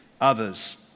others